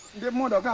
good morning,